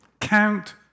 count